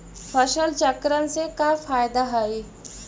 फसल चक्रण से का फ़ायदा हई?